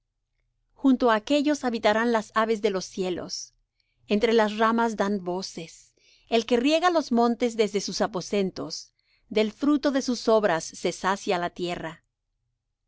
junto á aquellos habitarán las aves de los cielos entre las ramas dan voces el que riega los montes desde sus aposentos del fruto de sus obras se sacia la tierra